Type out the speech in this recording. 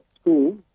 school